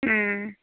ও